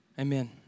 Amen